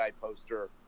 poster